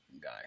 guy